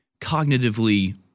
cognitively